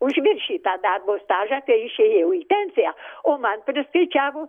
už viršytą darbo stažą kai išėjau į pensiją o man priskaičiavo